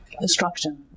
instruction